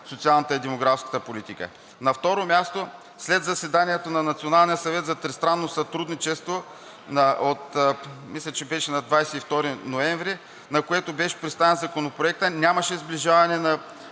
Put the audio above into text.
социалната и демографската политика. На второ място, след заседанието на Националния съвет за тристранно сътрудничество, мисля, че беше на 22 ноември, на което беше представен Законопроектът, нямаше сближаване на